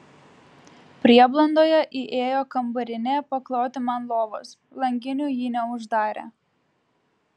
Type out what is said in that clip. prieblandoje įėjo kambarinė pakloti man lovos langinių jį neuždarė